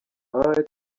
eye